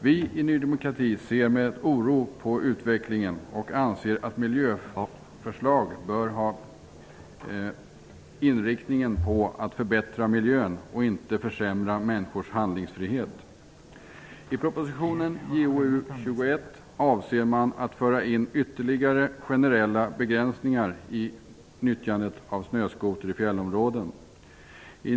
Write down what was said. Vi i Ny demokrati ser med oro på utvecklingen och anser att miljöförslagen bör inriktas på att förbättra miljön och inte på att försämra människors handlingsfrihet. Enligt betänkande JoU21 avser man att föra in ytterligare generella begränsningar i nyttjandet av snöskoter i fjällområden.